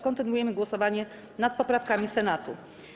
Kontynuujemy głosowanie nad poprawkami Senatu.